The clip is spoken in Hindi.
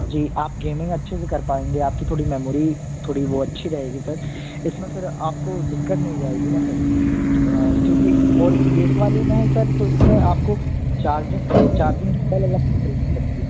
जी आप गेमिंग अच्छे से कर पाएंगे आपकी थोड़ी मैमोरी थोड़ी वह अच्छी रहेगी सर इसमें फिर आपको दिक्कत नहीं जाएगी न सर क्योंकि और यह इस वाले में है सर तो इसमें आपको चार्जिंग चार्जिंग केबल अलग से खरीदनी पड़ेगी